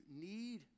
need